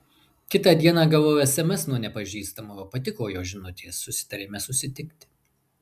kitą dieną gavau sms nuo nepažįstamojo patiko jo žinutės susitarėme susitikti